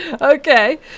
Okay